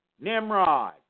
Nimrod